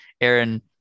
aaron